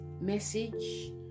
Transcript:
message